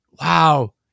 wow